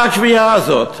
מה הקביעה הזאת?